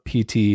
PT